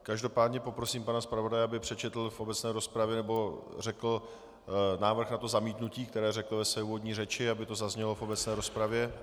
Každopádně poprosím pana zpravodaje, aby přečetl v obecné rozpravě nebo řekl návrh na zamítnutí, které řekl ve své úvodní řeči, aby to zaznělo v obecné rozpravě.